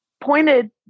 pointed